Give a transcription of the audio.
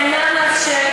חבר הכנסת